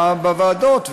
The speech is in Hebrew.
בוועדות,